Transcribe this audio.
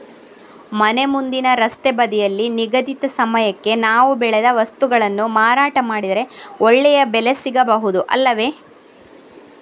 ಮನೆ ಮುಂದಿನ ರಸ್ತೆ ಬದಿಯಲ್ಲಿ ನಿಗದಿತ ಸಮಯಕ್ಕೆ ನಾವು ಬೆಳೆದ ವಸ್ತುಗಳನ್ನು ಮಾರಾಟ ಮಾಡಿದರೆ ಒಳ್ಳೆಯ ಬೆಲೆ ಸಿಗಬಹುದು ಅಲ್ಲವೇ?